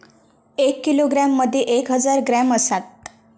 एक किलोग्रॅम मदि एक हजार ग्रॅम असात